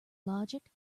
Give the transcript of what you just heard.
logic